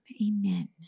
amen